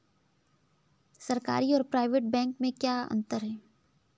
सरकारी और private bank में क्या अंतर है?